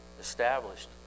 established